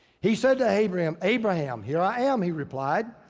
he said to abraham, abraham. here i am, he replied.